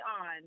on